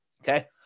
Okay